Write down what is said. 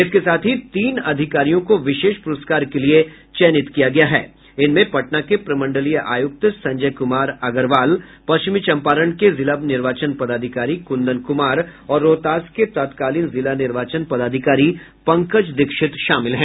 इसके साथ ही तीन अधिकारियों को विशेष पुरस्कार के लिए चयनित किया गया है जिसमें पटना के प्रमंडलीय आयुक्त संजय कुमार अग्रवाल पश्चिमी चंपारण के जिला निर्वाचन पदाधिकारी कुंदन कुमार और रोहतास के तत्कालीन जिला निर्वाचन पदाधिकारी पंकज दीक्षित शामिल हैं